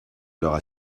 l’heure